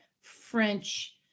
French